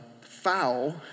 foul